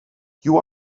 you